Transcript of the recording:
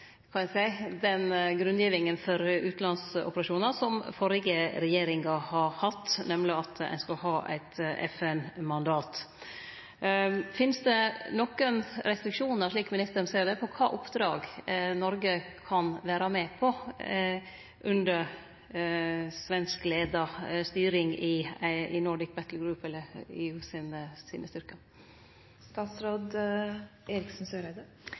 kan ein berre spekulere i kvifor ein ikkje har med – kva skal ein seie – den grunngjevinga for utanlandsoperasjonar som førre regjeringa hadde, nemleg at ein skal ha eit FN-mandat. Finst det nokre restriksjonar, slik ministaren ser det, på kva oppdrag Noreg kan vere med på under svenskleia styring i Nordic Battle Group eller EU sine